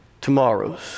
tomorrows